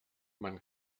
man